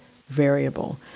variable